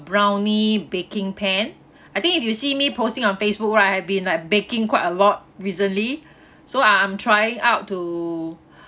brownie baking pan I think if you see me posting on Facebook right I have been like baking quite a lot recently so I'm I'm trying out to